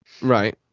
Right